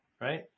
right